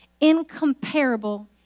incomparable